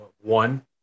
one